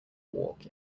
walk